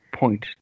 point